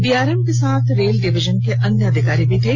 DRM के साथ rail division के अन्य अधिकारी भी थे